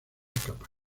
capas